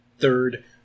third